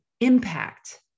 impact